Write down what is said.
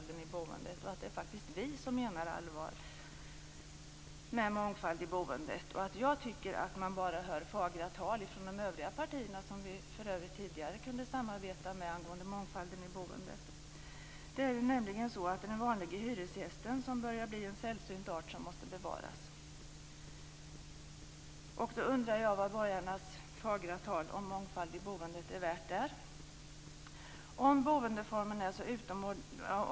Det är faktiskt vi som menar allvar när det gäller mångfalden i boendet. Jag tycker att man bara hör fagert tal från de övriga partierna, som vi för övrigt tidigare kunde samarbeta med angående mångfalden i boendet. Den vanliga hyresgästen börjar nämligen bli en sällsynt art som måste bevaras. Jag undrar vad borgarnas fagra tal om mångfald i boendet är värt i det avseendet.